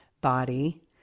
body